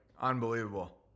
Unbelievable